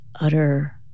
utter